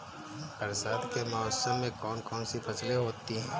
बरसात के मौसम में कौन कौन सी फसलें होती हैं?